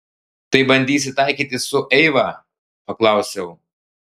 tai bandysi taikytis su eiva paklausiau